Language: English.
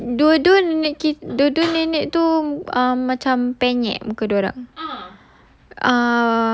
nek onah um dua-dua nenek kita dua-dua nenek tu um macam penyek muka dia orang